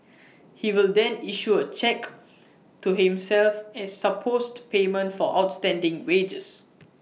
he will then issue A cheque to himself as supposed payment for outstanding wages